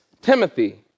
Timothy